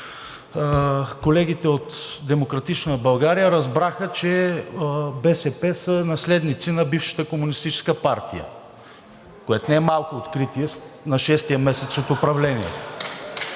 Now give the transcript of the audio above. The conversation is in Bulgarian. колегите от „Демократична България“ разбраха, че БСП са наследници на бившата комунистическа партия, което не е малко откритие на шестия месец от управлението.